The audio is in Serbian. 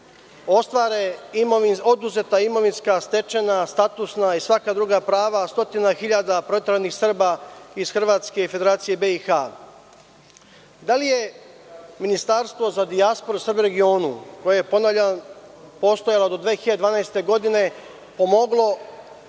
ostvare oduzeta imovinska, stečena, statusna i svaka druga prava stotina hiljada proteranih Srba iz Hrvatske i Federacije BiH? Da li je Ministarstvo za dijasporu i Srbe u regionu, koje je ponavljam postojalo do 2012. godine, pomoglo